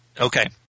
Okay